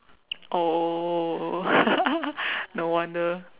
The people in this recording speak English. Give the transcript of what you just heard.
oh no wonder